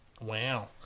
Wow